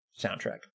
soundtrack